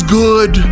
good